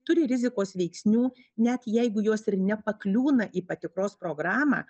turi rizikos veiksnių net jeigu jos ir nepakliūna į patikros programą